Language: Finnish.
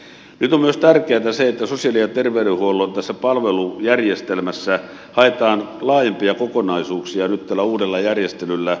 nyt on tärkeätä myös se että sosiaali ja ter veydenhuollon palvelujärjestelmässä haetaan laajempia kokonaisuuksia nyt tällä uudella järjestelyllä